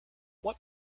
what